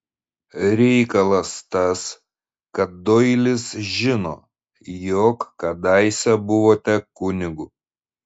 reikalas tas kad doilis žino jog kadaise buvote kunigu